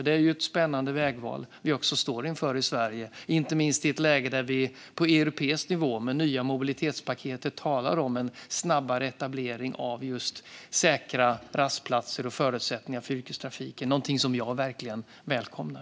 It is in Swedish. Det är ett spännande vägval vi står inför i Sverige, inte minst i ett läge där vi på europeisk nivå med det nya mobilitetspaketet talar om en snabbare etablering av just säkra rastplatser och förutsättningar för yrkestrafiken. Det är någonting som jag verkligen välkomnar.